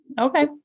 Okay